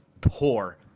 poor